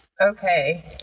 Okay